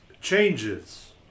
changes